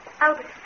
Albert